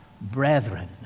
brethren